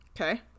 Okay